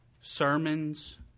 Sermons